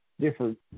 different